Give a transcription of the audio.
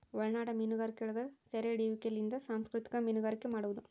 ಒಳನಾಡ ಮೀನುಗಾರಿಕೆಯೊಳಗ ಸೆರೆಹಿಡಿಯುವಿಕೆಲಿಂದ ಸಂಸ್ಕೃತಿಕ ಮೀನುಗಾರಿಕೆ ಮಾಡುವದು